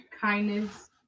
kindness